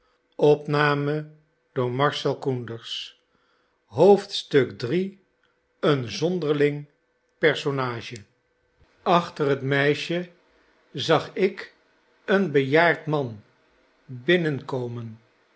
iii een zonderling personage achter het meisje zag ik een bejaard man binnenkomen